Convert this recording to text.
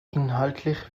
inhaltlich